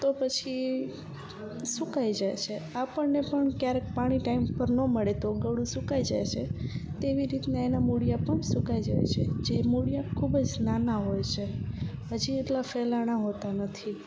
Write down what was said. તો પછી સુકાઈ જાય છે આપણને પણ કયારેક પાણી ટાઇમ પર ન મળે તો ગળું સુકાઈ જાય છે તેવી રીતના એના મૂળિયા પણ સુકાઈ જાય છે જે મૂળિયા ખૂબ જ નાના હોય છે હજી એટલાં ફેલાણાં હોતાં નથી